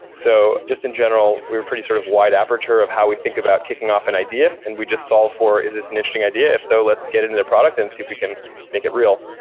so just in general, we're pretty sort of wide aperture of how we think about kicking off an idea, and we just solve for, is this an interesting idea? if so, let's get into the product and see if you can make it real.